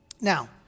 Now